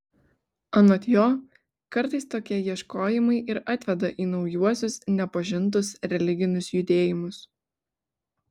anot jo kartais tokie ieškojimai ir atveda į naujuosius nepažintus religinius judėjimus